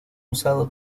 usado